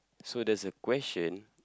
so there's a question